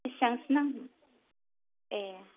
बिसिबांसो नांगोन ए